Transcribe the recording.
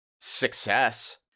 success